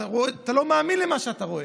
אתה רואה ואתה לא מאמין למה שאתה רואה.